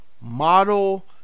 model